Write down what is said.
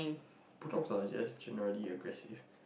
bulldogs are like just generally aggressive